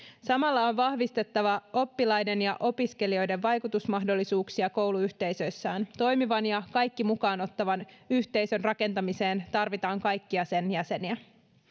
samalla on vahvistettava oppilaiden ja opiskelijoiden vaikutusmahdollisuuksia kouluyhteisöissään toimivan ja kaikki mukaan ottavan yhteisön rakentamiseen tarvitaan kaikkia sen jäseniä